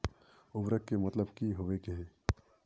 उर्वरक के मतलब की होबे है?